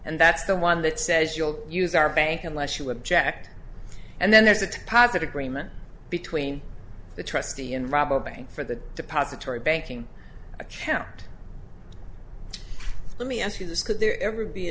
and that's the one that says you will use our bank unless you object and then there's a deposit agreement between the trustee and rob a bank for the depository banking account let me ask you this could there ever be a